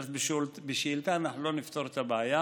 כלומר, בשאילתה אנחנו לא נפתור את הבעיה.